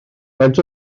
faint